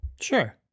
sure